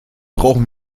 brauchen